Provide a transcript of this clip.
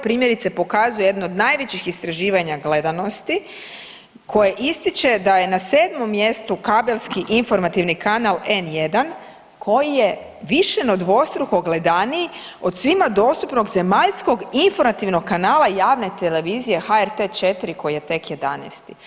Primjerice pokazuje jedno od najvećih istraživanja gledanosti koje ističe da je na 7. mjestu kabelski informativni kanal N1 koji je više no dvostruko gledaniji od svima dostupnog zemaljskog informativnog kanala javne televizije HRT-e 4 koji je tek 11.